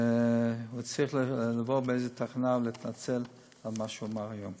והוא צריך לבוא לאיזו תחנה ולהתנצל על מה שהוא אמר היום.